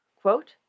Quote